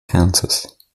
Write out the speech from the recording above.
kansas